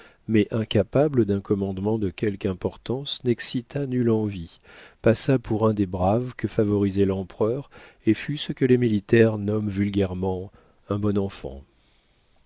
mais incapable d'un commandement de quelque importance n'excita nulle envie passa pour un des braves que favorisait l'empereur et fut ce que les militaires nomment vulgairement un bon enfant